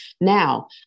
Now